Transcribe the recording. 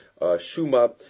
Shuma